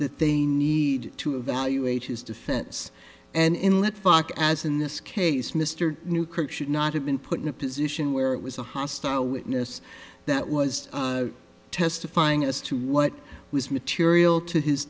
that they need to evaluate his defense and let fuck as in this case mr newkirk should not have been put in a position where it was a hostile witness that was testifying as to what was material to his